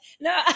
No